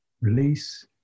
release